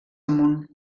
amunt